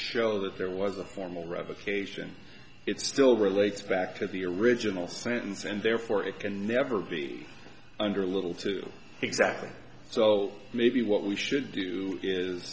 show that there was a formal revocation it still relates back to the original sentence and therefore it can never be under little two exactly so maybe what we should do is